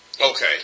Okay